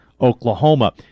Oklahoma